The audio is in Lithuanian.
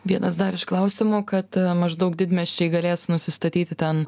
vienas dar iš klausimų kad maždaug didmiesčiai galės nusistatyti ten